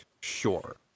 sure